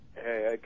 Hey